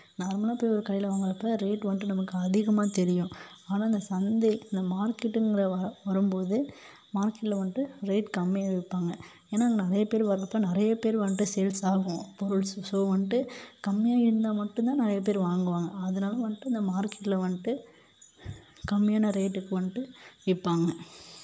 நார்மலாக போய் ஒரு கடையில் வாங்குறப்ப ரேட் வந்துட்டு நமக்கு அதிகமாக தெரியும் ஆனால் இந்த சந்தை இந்த மார்க்கெட்டுங்கிற வர வரும்போது மார்க்கெட்டில் வந்துட்டு ரேட் கம்மியாக விற்பாங்க ஏன்னா அங்கே நிறையா பேர் வர்றப்போ நிறைய பேர் வந்துட்டு சேல்ஸ் ஆகும் பொருள் ஸோ வந்துட்டு கம்மியாக இருந்தால் மட்டுந்தான் நிறையா பேர் வாங்குவாங்க அதனால் வந்துட்டு இந்த மார்க்கெட்டில் வந்துட்டு கம்மியான ரேட்டுக்கு வந்துட்டு விற்பாங்க